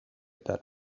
that